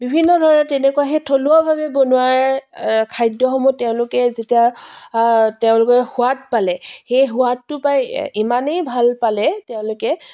বিভিন্ন ধৰণে তেনেকুৱা সেই থলুৱাভাৱে বনোৱা খাদ্যসমূহ তেওঁলোকে যেতিয়া তেওঁলোকে সোৱাদ পালে সেই সোৱাদটো পাই ইমানেই ভাল পালে তেওঁলোকে